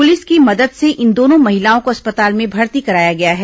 police की मदद से इन दोनों महिलाओं को अस्पताल में भर्ती कराया गया है